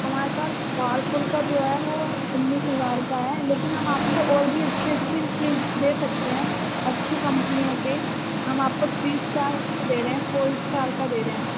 ہمارے پاس ورلپول کا جو ہے وہ اُنیس ہزار کا ہے لیکن ہم آپ کو اور بھی اچھی اچھی فریج دے سکتے ہیں اچھی کمپنیوں کے ہم آپ کو تھری اسٹار کے دے رہے ہیں فور اسٹار کا دے رہے ہیں